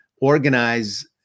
organize